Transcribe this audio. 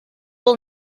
will